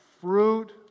fruit